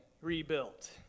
rebuilt